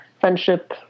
friendship